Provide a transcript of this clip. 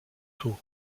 tour